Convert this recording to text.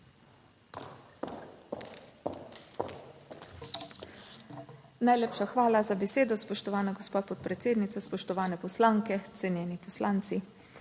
Najlepša hvala za besedo. Spoštovana gospa podpredsednica, spoštovane poslanke, cenjeni poslanci!